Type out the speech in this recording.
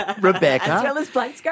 Rebecca